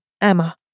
EMMA